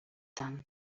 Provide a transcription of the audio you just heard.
tant